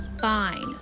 Fine